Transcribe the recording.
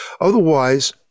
Otherwise